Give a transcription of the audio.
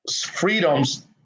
freedoms